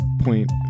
point